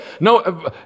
no